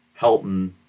Helton